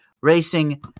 racing